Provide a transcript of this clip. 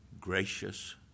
gracious